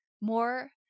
more